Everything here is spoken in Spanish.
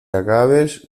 acabes